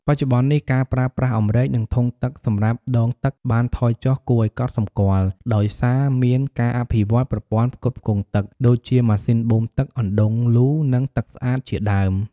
បច្ចុប្បន្ននេះ ការប្រើប្រាស់អម្រែក និងធុងទឹកសម្រាប់ដងទឹកបានថយចុះគួរឱ្យកត់សម្គាល់ ដោយសារមានការអភិវឌ្ឍន៍ប្រព័ន្ធផ្គត់ផ្គង់ទឹក ដូចជាម៉ាស៊ីនបូមទឹក អណ្តូងលូ និងទឹកស្អាតជាដើម។